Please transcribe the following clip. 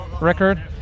record